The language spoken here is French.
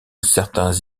certains